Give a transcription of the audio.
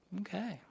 Okay